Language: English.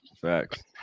Facts